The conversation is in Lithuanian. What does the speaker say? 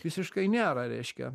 visiškai nėra reiškia